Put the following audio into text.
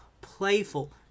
playful